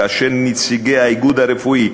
כאשר נציגי האיגוד הרפואי,